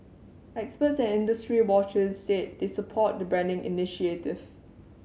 experts and industry watchers said they support the branding initiative